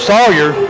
Sawyer